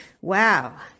Wow